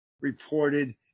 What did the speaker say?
reported